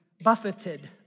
buffeted